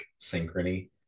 synchrony